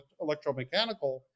electromechanical